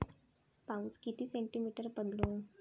पाऊस किती सेंटीमीटर पडलो?